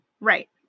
Right